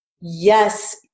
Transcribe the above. yes